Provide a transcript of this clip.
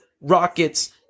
Rockets